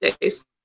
days